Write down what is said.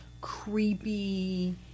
creepy